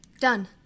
Done